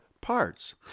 parts